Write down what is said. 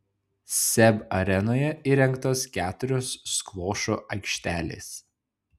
seb arenoje įrengtos keturios skvošo aikštelės